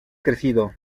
crecido